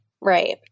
Right